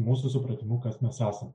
mūsų supratimu kas mes esam